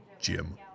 Jim